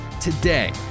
today